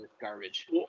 garbage